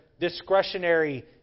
discretionary